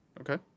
Okay